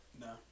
No